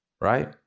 right